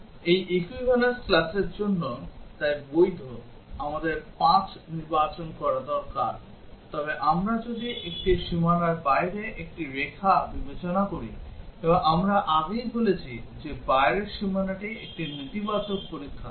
এই equivalence classর জন্য তাই বৈধ আমাদের 5 নির্বাচন করা দরকার তবে আমরা যদি একটি সীমার বাইরে একটি রেখা বিবেচনা করি এবং আমরা আগেই বলেছি যে বাইরের সীমানাটি একটি নেতিবাচক পরীক্ষার কেস